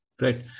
Right